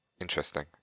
Interesting